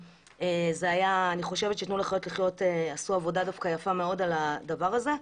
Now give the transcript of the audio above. אני חושבת שתנו לחיות לחיות עשו דווקא עבודה מאוד יפה בעניין הזה.